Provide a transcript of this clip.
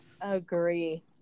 agree